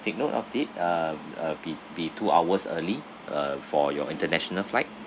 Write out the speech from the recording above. take note of it uh uh be be two hours early uh for your international flight